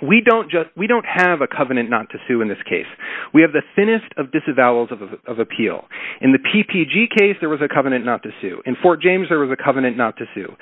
we don't just we don't have a covenant not to sue in this case we have the thinnest of disemboweled of appeal in the p p d case there was a covenant not to sue him for james there was a covenant not to sue